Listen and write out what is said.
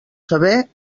saber